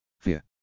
Fear